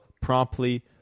promptly